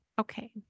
Okay